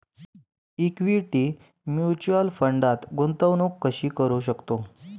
Equity mutual फंडात गुंतवणूक कशी करू शकतो?